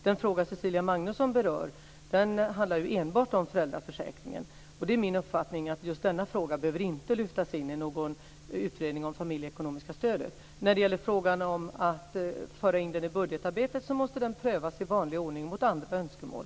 Den fråga som Cecilia Magnusson ställer handlar enbart om föräldraförsäkringen, och det är min uppfattning att just den frågan inte behöver lyftas in i någon utredning om det familjeekonomiska stödet. Vid införandet av detta i budgetarbetet måste denna fråga prövas i vanlig ordning mot andra önskemål.